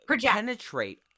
penetrate